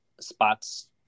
spots